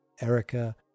Erica